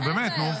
נו, באמת, נו.